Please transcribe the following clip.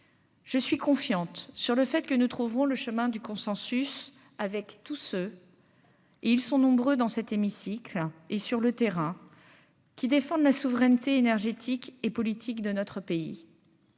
Je suis confiante sur le fait que nous trouverons le chemin du consensus avec tous ceux et ils sont nombreux dans cet hémicycle et sur le terrain qui défendent la souveraineté énergétique et politique de notre pays.